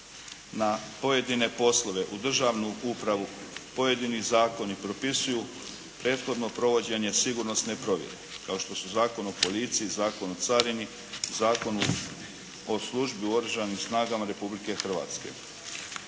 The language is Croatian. na pojedine poslove u državnu upravu pojedini zakoni propisuju prethodno provođenje sigurnosne provjere kao što su Zakon o policiji, Zakon o carini, Zakon o službi u Oružanim snagama Republike Hrvatske.